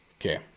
Okay